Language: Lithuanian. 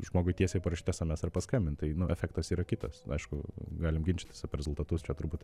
žmogui tiesiai parašyt sms ar paskambint tai nu efektas yra kitas aišku galim ginčytis rezultatus čia turbūt